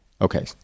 Okay